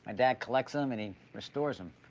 and dad collects em and he restores em.